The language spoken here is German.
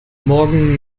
morgen